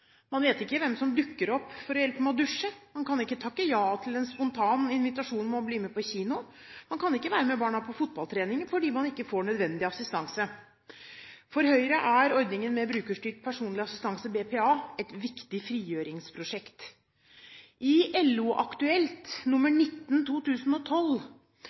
Man vet ikke hvem som dukker opp for å hjelpe med å dusje, man kan ikke takke ja til en spontan invitasjon til å bli med på kino, man kan ikke være med barna på fotballtrening fordi man ikke får nødvendig assistanse. For Høyre er ordningen med brukerstyrt personlig assistanse, BPA, et viktig frigjøringsprosjekt. I LO Aktuelt nr. 19, 2012